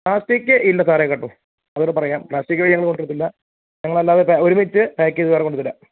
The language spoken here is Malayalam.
പ്ലാസ്റ്റിക് ഇല്ല സാറേ കേട്ടോ അതുകൂടെ പറയാം പ്ലാസ്റ്റിക് വഴി ഞങ്ങൾ കൊടുക്കത്തില്ല ഞങ്ങൾ അല്ലാതെ ഒരുമിച്ച് പാക്ക് ചെയ്ത് സാറിന് കൊണ്ടുതരാം